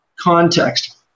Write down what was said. context